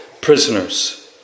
prisoners